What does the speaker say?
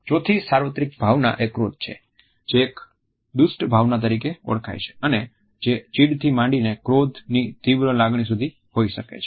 ચોથી સાર્વત્રિક ભાવના એ ક્રોધ છે જે એક દુષ્ટ ભાવના તરીકે ઓળખાય છે અને જે ચીડથી માંડીને ક્રોધની તીવ્ર લાગણી સુધી હોઈ શકે છે